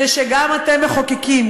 זה שגם אתם מחוקקים.